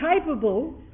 capable